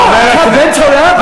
בן-תורה?